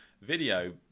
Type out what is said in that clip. video